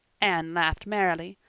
anne laughed merrily.